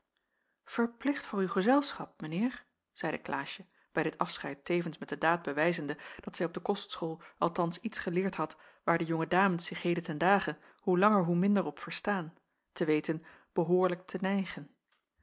verplicht voor uw gezelschap mijn heer zeide klaasje bij dit afscheid tevens met de daad bewijzende dat zij op de kostschool althans iets geleerd had waar de jonge dames zich heden ten dage hoe langer hoe minder op verstaan te weten behoorlijk te nijgen